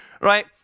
Right